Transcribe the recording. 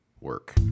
work